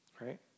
right